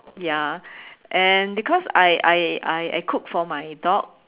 ya and because I I I I cook for my dog